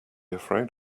afraid